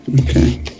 Okay